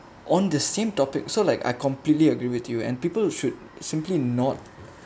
on the same topic so like I completely agree with you and people should simply not